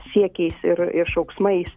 siekiais ir ir šauksmais